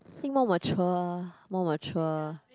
I think more mature more mature